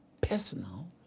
personal